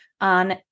on